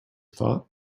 thought